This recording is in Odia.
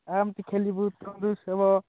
ଆରମ୍ସେ ଖେଳିବୁ ହେବ